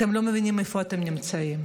אתם לא מבינים איפה אתם נמצאים.